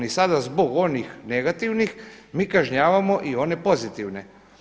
I sada zbog onih negativnih mi kažnjavamo i one pozitivne.